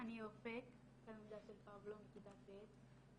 אני אופק, תלמידה של פבלו בכיתה ט'.